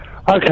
Okay